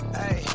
hey